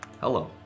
Hello